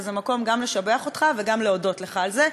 וזה המקום גם לשבח אותך וגם להודות לך על זה.